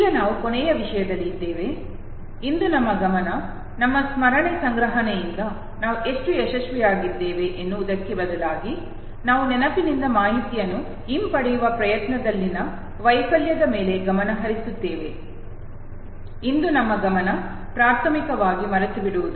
ಈಗ ನಾವು ಕೊನೆಯ ವಿಷಯದಲ್ಲಿ ಇದ್ದೇವೆ ಇಂದು ನಮ್ಮ ಗಮನ ನಮ್ಮ ಸ್ಮರಣೆ ಸಂಗ್ರಹಣೆಯಿಂದ ನಾವು ಎಷ್ಟು ಯಶಸ್ವಿಯಾಗಿದ್ದೇವೆ ಎನ್ನುವುದಕ್ಕೆ ಬದಲಾಗಿ ನಾವು ನೆನಪಿನಿಂದ ಮಾಹಿತಿಯನ್ನು ಹಿಂಪಡೆಯುವ ಪ್ರಯತ್ನದಲ್ಲಿನ ವೈಫಲ್ಯದ ಮೇಲೆ ಗಮನ ಹರಿಸುತ್ತೇವೆ ಇಂದು ನಮ್ಮ ಗಮನ ಪ್ರಾಥಮಿಕವಾಗಿ ಮರೆತುಬಿಡುವುದು